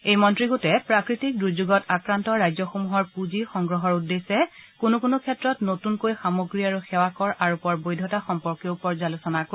এই মন্ত্ৰী গোটে প্ৰাকৃতিক দূৰ্যোগত আক্ৰান্ত ৰাজ্যসমূহৰ পূঁজি সংগ্ৰহৰ উদ্দেশ্যে কোনো কোনো ক্ষেত্ৰত নতুনকৈ সামগ্ৰী আৰু সেৱা কৰ আৰোপৰ বৈধতা সম্পৰ্কেও পৰ্যালোচনা কৰিব